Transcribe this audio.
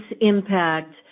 impact